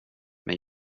men